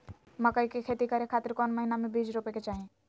मकई के खेती करें खातिर कौन महीना में बीज रोपे के चाही?